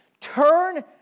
turn